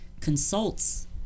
consults